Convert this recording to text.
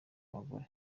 abagore